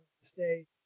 stay